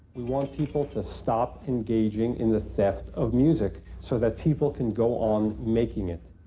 we want people to stop engaging in the theft of music. so that people can go on making it.